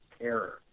error